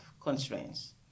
constraints